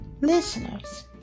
listeners